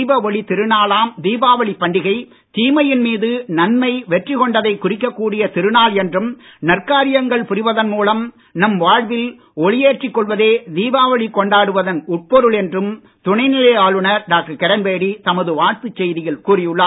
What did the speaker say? தீப ஒளித் திருநாளாம் தீபாவளி பண்டிகை தீமையின் மீது நன்மை வெற்றி கொண்டதை குறிக்கக் கூடிய திருநாள் என்றும் நற்காரியங்கள் புரிவதன் மூலம் நம் வாழ்வில் ஒளியேற்றிக் கொள்வதே தீபாவளி கொண்டாடுவதன் உட்பொருள் என்றும் துணைநிலை ஆளுநர் டாக்டர் கிரண்பேடி தமது வாழ்த்துச் செய்தியில் கூறியுள்ளார்